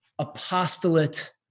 apostolate